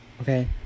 Okay